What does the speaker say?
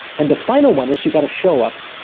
and the final one is you got to show up.